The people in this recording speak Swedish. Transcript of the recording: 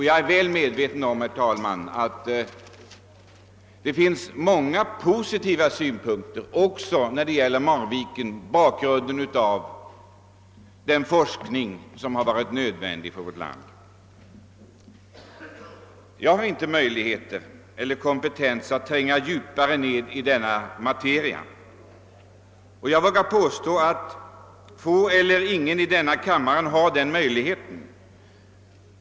Jag är väl medveten om, herr talman, att det finns många positiva sidor också när det gäller Marviken, bl.a. den forskning i detta sammanhang som har varit nödvändig för vårt land. Jag har inte möjlighet eller kompetens att tränga djupare in i denna materia, och jag vågar påstå att få eller ingen i denna kammare har den möjligheten.